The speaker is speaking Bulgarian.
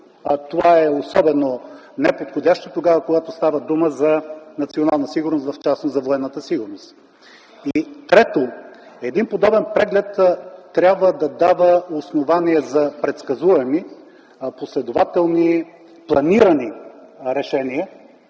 Това е особено неподходящо тогава, когато става дума за национална сигурност, в частност за военната сигурност. И трето, един подобен преглед трябва да дава основание за предсказуеми, последователни, планирани решения,